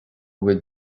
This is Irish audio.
bhfuil